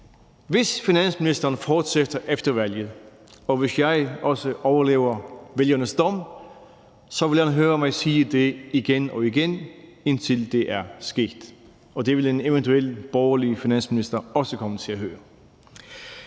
Hvis finansministeren fortsætter efter valget, og hvis jeg også overlever vælgernes dom, vil han høre mig sige det igen og igen, indtil det er sket, og det vil en eventuel borgerlig finansminister også komme til at høre.